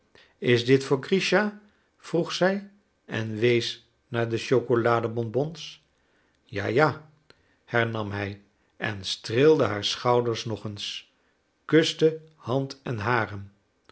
is dit voor grischa vroeg zij en wees naar de chocoladebonbons ja ja hernam hij en streelde haar schouders nog eens kuste hand en haren